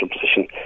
position